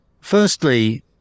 firstly